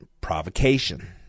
provocation